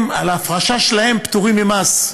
הם, על ההפרשה שלהם הם פטורים ממס.